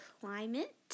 climate